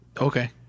okay